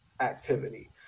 activity